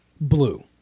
blue